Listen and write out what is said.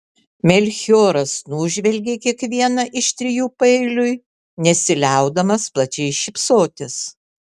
melchioras nužvelgė kiekvieną iš trijų paeiliui nesiliaudamas plačiai šypsotis